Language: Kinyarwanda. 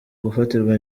gufatirwa